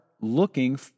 looking